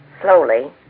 slowly